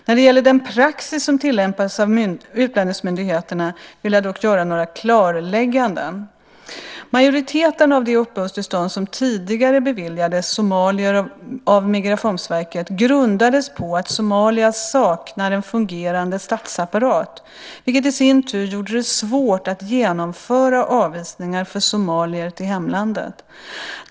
När det gäller den praxis som tillämpas av utlänningsmyndigheterna vill jag dock göra några klarlägganden. Majoriteten av de uppehållstillstånd som tidigare beviljades somalier av Migrationsverket grundades på att Somalia saknar en fungerande statsapparat, vilket i sin tur gjorde det svårt att genomföra avvisningar av somalier till hemlandet.